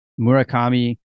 Murakami